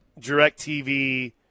DirecTV